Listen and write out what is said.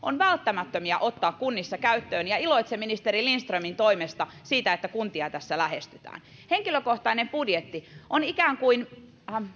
ovat välttämättömiä ottaa kunnissa käyttöön iloitsen ministeri lindströmin toimesta siitä että kuntia tässä lähestytään henkilökohtainen budjetti on ikään kuin